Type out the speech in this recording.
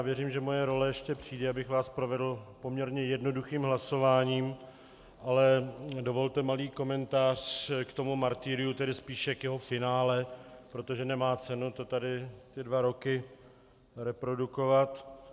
Věřím, že moje role ještě přijde, abych vás provedl poměrně jednoduchým hlasováním, ale dovolte malý komentář k tomu martyriu, tedy spíše k jeho finále, protože nemá cenu tady ty dva roky reprodukovat.